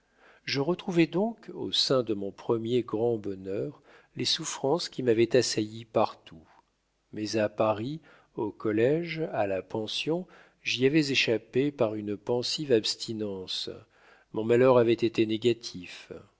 je retrouvais donc au sein de mon premier grand bonheur les souffrances qui m'avaient assailli partout mais à paris au collége à la pension j'y avais échappé par une pensive abstinence mon malheur avait été négatif